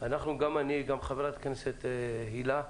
גם אני וגם חברת הכנסת הילה,